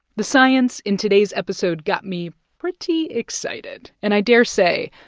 the science in today's episode got me pretty excited and, i dare say,